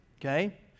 Okay